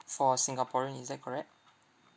for singaporean is that correct